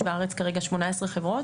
יש כרגע בארץ 18 חברות,